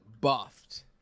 buffed